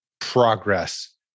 progress